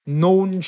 known